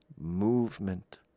movement